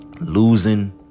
losing